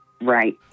Right